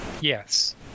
Yes